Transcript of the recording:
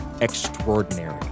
extraordinary